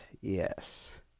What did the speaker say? yes